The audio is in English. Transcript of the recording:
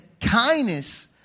kindness